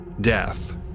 death